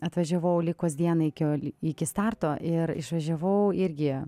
atvažiavau likus dienai iki ol iki starto ir išvažiavau irgi